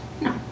No